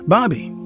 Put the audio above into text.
Bobby